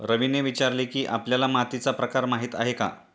रवीने विचारले की, आपल्याला मातीचा प्रकार माहीत आहे का?